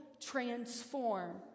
transform